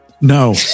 no